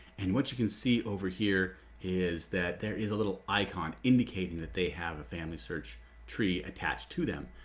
and what you can see over here is that there is a little icon indicating that they have a family search tree attached to them.